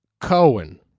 cohen